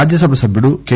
రాజ్యసభ సభ్యుడు కె